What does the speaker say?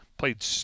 Played